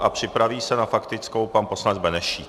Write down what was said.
A připraví se na faktickou pan poslanec Benešík.